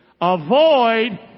Avoid